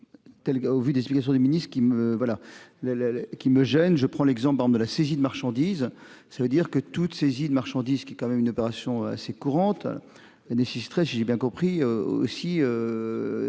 qui me voilà le le qui me gêne, je prends l'exemple de la saisie de marchandises. Ça veut dire que toute saisie de marchandises qui est quand même une opération assez courante. Des sinistrés. J'ai bien compris aussi.